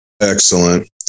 Excellent